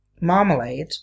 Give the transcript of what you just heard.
Marmalade